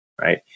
right